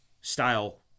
style